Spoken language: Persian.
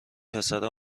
پسر